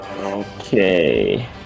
Okay